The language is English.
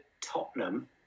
Tottenham